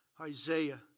Isaiah